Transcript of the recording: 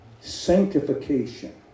Sanctification